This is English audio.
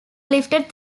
lifted